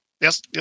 yes